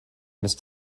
must